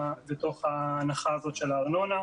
בתעשיית הקולנוע,